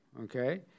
okay